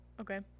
okay